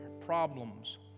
problems